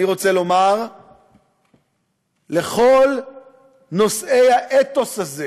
אני רוצה לומר לכל נושאי האתוס הזה